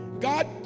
God